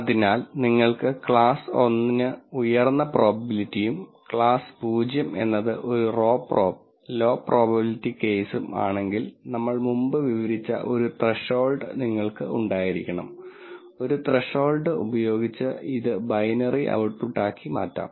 അതിനാൽ നിങ്ങൾക്ക് ക്ലാസ് 1 ന് ഉയർന്ന പ്രോബബിലിറ്റിയും ക്ലാസ് 0 എന്നത് ഒരു റോ പ്രോബ് ലോ പ്രോബബിലിറ്റി കെയ്സും ആണെങ്കിൽ നമ്മൾ മുമ്പ് വിവരിച്ച ഒരു ത്രെഷോൾഡ് നിങ്ങൾക്ക് ഉണ്ടായിരിക്കണം ഒരു ത്രെഷോൾഡ് ഉപയോഗിച്ച് ഇത് ബൈനറി ഔട്ട്പുട്ടാക്കി മാറ്റാം